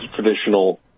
traditional